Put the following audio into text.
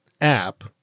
app